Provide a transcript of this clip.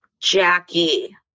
Jackie